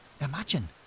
Imagine